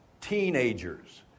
teenagers